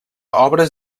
obres